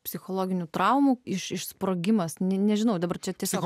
psichologinių traumų iš išsprogimas nežinau dabar čia tiesiog